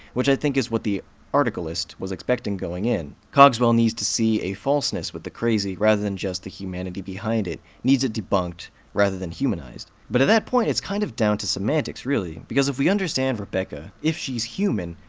which i think is what the articlist was expecting going in. cogswell needs to see a falseness with the crazy, rather than just the humanity behind it needs it debunked rather than humanized. but at that point, it's kind of down to semantics, really. because if we understand rebecca, if she's human,